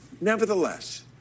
Nevertheless